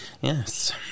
Yes